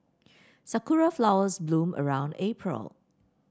sakura flowers bloom around April